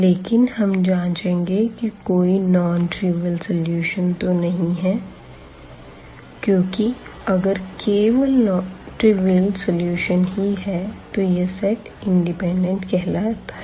लेकिन हम जांचेंगे कि कोई नॉन त्रिविअल सॉल्यूशन तो नहीं है क्योंकि अगर केवल त्रिवियल सॉल्यूशन ही है तो यह सेट इंडिपेंडेंट कहलाता है